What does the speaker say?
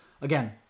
again